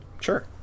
Sure